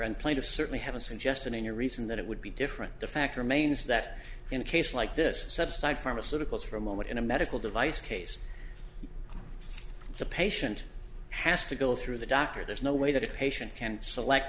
and place of certainly have a suggestion in your reason that it would be different the fact remains that in a case like this subside pharmaceuticals for a moment in a medical device case the patient has to go through the doctor there's no way that a patient can select